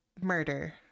murder